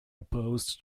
opposed